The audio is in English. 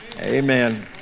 Amen